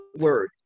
word